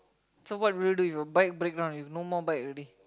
so what will you do if your bike break down you no more bike already